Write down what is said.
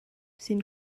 sin